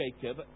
Jacob